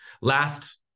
Last